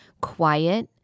quiet